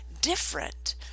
different